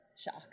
shock